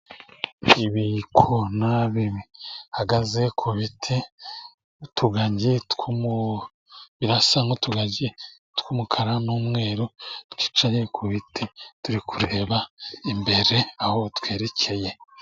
Ibikona bihagaze ku biti, birasa n'utugagi tw'umukara n'umweru twicaye ku biti, turi kureba imbere aho twerekeye.